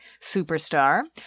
superstar